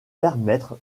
permettre